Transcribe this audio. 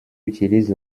utilisent